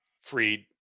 Freed